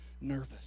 nervous